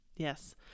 Yes